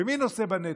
ומי נושא בנטל?